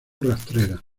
rastrera